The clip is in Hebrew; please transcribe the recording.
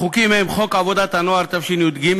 החוקים הם חוק עבודת הנוער, התשי"ג,